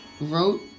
wrote